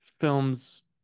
film's